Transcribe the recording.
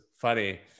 funny